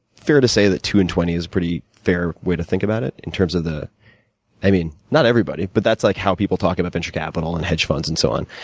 fair to say that two and twenty is a fair way to think about it, in terms of the i mean, not everybody. but, that's like how people talk about venture capital, and hedge funds and so on,